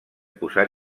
posar